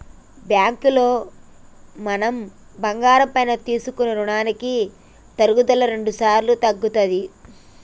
బ్యాంకులో మనం బంగారం పైన తీసుకునే రుణాలకి తరుగుదల రెండుసార్లు తగ్గుతది